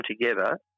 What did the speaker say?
together